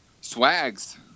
Swags